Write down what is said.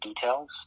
details